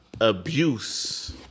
abuse